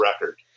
record